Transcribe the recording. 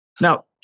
Now